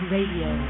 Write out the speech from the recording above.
Radio